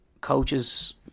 coaches